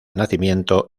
nacimiento